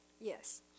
Yes